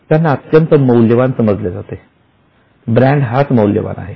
त्यांना अत्यंत मौल्यवान समजले जाते ब्रँड हाच मौल्यवान आहे